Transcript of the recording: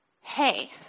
hey